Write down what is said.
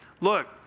Look